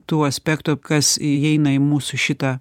tuo aspektu kas įeina į mūsų šitą